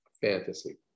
fantasy